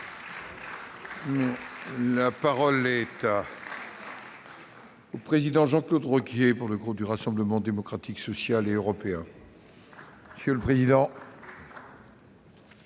La parole est à M. Jean-Claude Requier, pour le groupe du Rassemblement Démocratique et Social Européen. Monsieur le président,